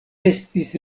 estis